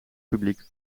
publiek